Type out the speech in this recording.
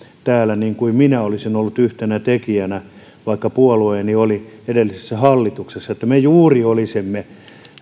täällä niin kuin minä olisin ollut yhtenä tekijänä kun puolueeni oli edellisessä hallituksessa että me juuri olisimme